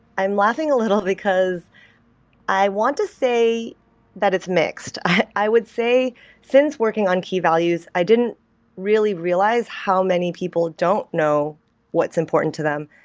i'm laughing a little, because i want to say that it's mixed. i would say since working on key values, i didn't really realize how many people don't know what's important to them.